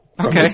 Okay